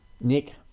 Nick